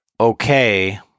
okay